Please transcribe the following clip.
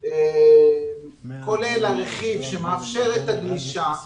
כולל הרכיב שמאפשר את הגלישה,